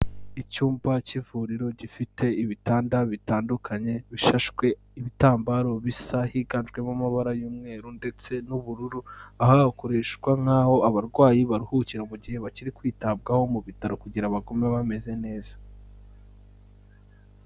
Icyumba cy'ivuriro gifite ibitanda bitandukanye bishashwe ibitambaro bisa higanjemo amabara y'umweru ndetse n'ubururu, aha hakoreshwa nk'aho abarwayi baruhukira mu gihe bakiri kwitabwaho mu bitaro kugira bagume bameze neza.